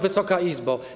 Wysoka Izbo!